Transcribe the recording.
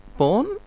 born